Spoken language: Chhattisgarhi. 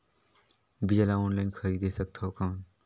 बीजा ला ऑनलाइन खरीदे सकथव कौन?